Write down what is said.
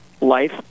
life